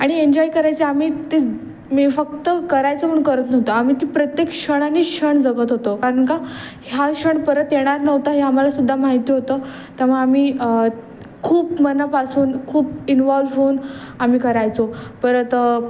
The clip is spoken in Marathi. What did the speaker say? आणि एन्जॉय करायचं आम्ही ते मी फक्त करायचं म्हणून करत नव्हतं आम्ही ती प्रत्येक क्षण आणि क्षण जगत होतो कारण का ह्या क्षण परत येणार नव्हता हे आम्हाला सुद्धा माहिती होतं त्यामुळे आम्ही खूप मनापासून खूप इनव्हॉल्व होऊन आम्ही करायचो परत